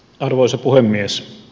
arvoisa puhemies